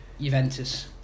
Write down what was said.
Juventus